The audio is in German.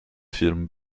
firmen